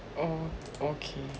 orh okay